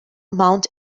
mount